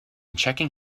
checking